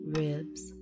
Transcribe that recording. ribs